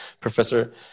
Professor